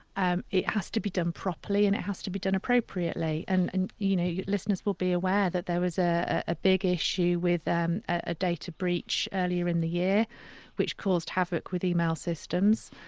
um it has to be done properly and it has to be done appropriately and and you know listeners will be aware that there was ah a big issue with a data breach earlier in the year which caused havoc with email systems.